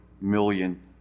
million